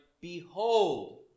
Behold